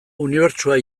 unibertsoa